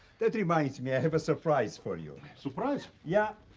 that reminds me, i have a surprise for you. surprise? yeah.